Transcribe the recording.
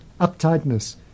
uptightness